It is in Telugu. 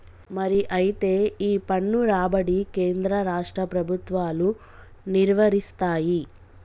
మరి అయితే ఈ పన్ను రాబడి కేంద్ర రాష్ట్ర ప్రభుత్వాలు నిర్వరిస్తాయి